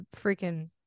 freaking